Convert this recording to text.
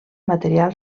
material